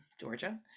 Georgia